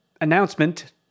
announcement